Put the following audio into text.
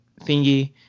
thingy